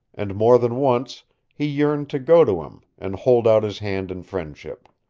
and more than once he yearned to go to him, and hold out his hand in friendship.